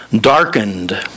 darkened